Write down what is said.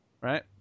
Right